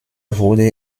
wurde